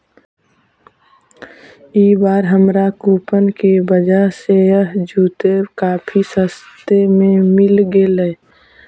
ई बार हमारा कूपन की वजह से यह जूते काफी सस्ते में मिल गेलइ